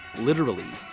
literally,